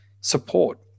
Support